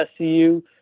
SCU